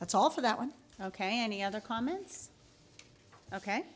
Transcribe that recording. that's all for that one ok any other comments ok